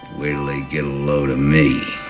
wait'll they get a load of me.